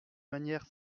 manière